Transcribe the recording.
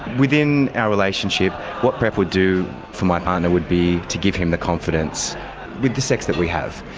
within our relationship what prep would do for my partner would be to give him the confidence with the sex that we have.